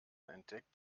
entdeckt